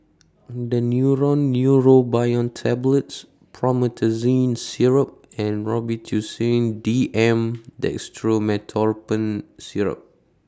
Daneuron Neurobion Tablets Promethazine Syrup and Robitussin D M Dextromethorphan Syrup